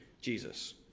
Jesus